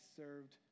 served